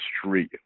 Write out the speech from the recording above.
street